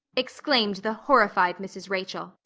exclaimed the horrified mrs. rachel.